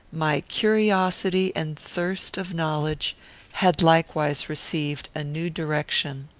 my curiosity and thirst of knowledge had likewise received a new direction.